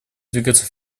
двигаться